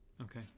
okay